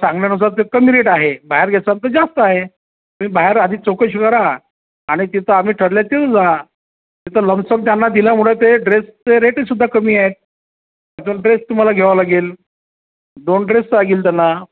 सांगण्यानुसार ते कमी रेट आहे बाहेर घेसाल तर जास्त आहे तुम्ही बाहेर आधी चौकशी करा आणि तिथं आम्ही ठरलं तिथं जा तिथं लम्पसम त्यांना दिल्यामुळे ते ड्रेसचे रेटही सुद्धा कमी आहे तर ड्रेस तुम्हाला घ्यावा लागेल दोन ड्रेस लागेल त्यांना